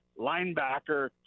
linebacker